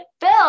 Bill